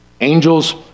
Angels